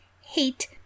hate